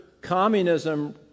communism